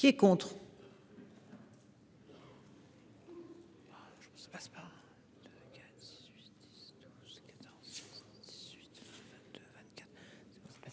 est contre.